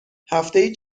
هفتهای